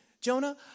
Jonah